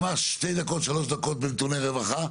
ממש שתיים-שלוש דקות בנתוני רווחה.